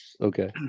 Okay